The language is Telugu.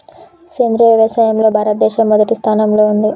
సేంద్రియ వ్యవసాయంలో భారతదేశం మొదటి స్థానంలో ఉంది